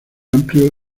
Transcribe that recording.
amplio